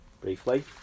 briefly